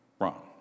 Wrong